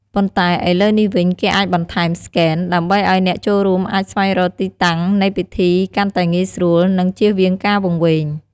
ប៉ុន្តែ ឥឡូវនេះវិញ គេអាចបន្ថែមស្កេន ដើម្បីឱ្យអ្នកចូលរួមអាចស្វែងរកទីតាំងនៃពិធីកាន់តែងាយស្រួល និង ជៀសវាងការវង្វេង។